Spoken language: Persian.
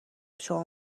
شما